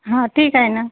हां ठीक आहे ना